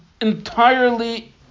entirely